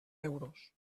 euros